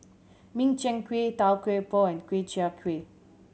Min Chiang Kueh Tau Kwa Pau and Ku Chai Kueh